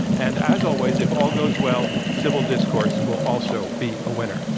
and as always if all goes well civil discourse will also be a winner.